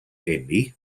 eni